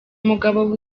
umugabo